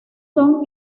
son